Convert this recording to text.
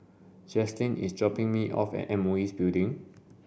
Jaclyn is dropping me off at M O E Building